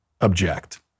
object